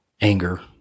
anger